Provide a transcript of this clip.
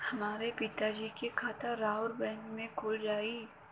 हमरे पिता जी के खाता राउर बैंक में खुल जाई?